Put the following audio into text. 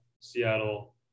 Seattle